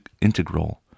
integral